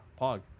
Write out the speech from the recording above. Pog